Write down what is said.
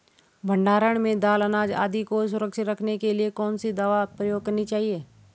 भण्डारण में दाल अनाज आदि को सुरक्षित रखने के लिए कौन सी दवा प्रयोग करनी चाहिए?